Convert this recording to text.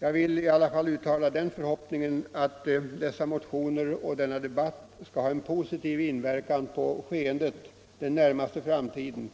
Jag vill i alla fall uttala den förhoppningen, att dessa motioner och denna debatt skall ha en positiv inverkan på skeendet under den närmaste framtiden